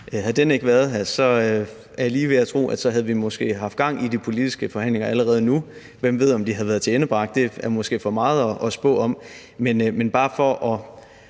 lige ved at tro, at vi måske havde haft gang i de politiske forhandlinger allerede nu, og hvem ved, om de ville have været tilendebragt? Det er måske for meget at spå om. Men det er bare for at